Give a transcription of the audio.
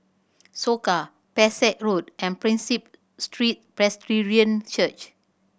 Soka Pesek Road and Prinsep Street Presbyterian Church